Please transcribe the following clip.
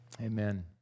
amen